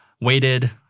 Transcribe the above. waited